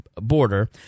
border